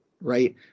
right